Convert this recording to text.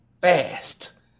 fast